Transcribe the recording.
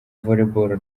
volleyball